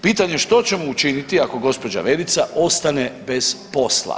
Pitanje što ćemo učiniti ako gđa. Verica ostane bez posla?